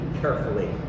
carefully